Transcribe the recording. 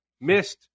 missed